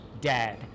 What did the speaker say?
dad